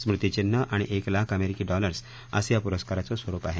स्मृतीचिन्ह आणि एक लाख अमेरिकी डॉलर असं या पुरस्काराचं स्वरुप आहे